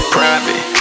Private